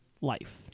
life